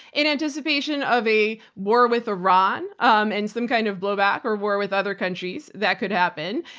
in anticipation of a war with iran um and some kind of blowback or war with other countries that could happen.